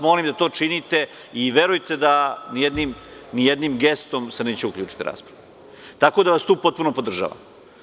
Molim vas da to činiti i verujete da nijednim gestom se neću uključiti u raspravu, tako da vas tu potpuno podržavam.